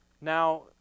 Now